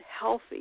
healthy